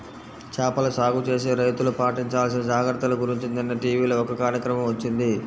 చేపల సాగు చేసే రైతులు పాటించాల్సిన జాగర్తల గురించి నిన్న టీవీలో ఒక కార్యక్రమం వచ్చింది